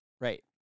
Right